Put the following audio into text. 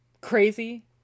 crazy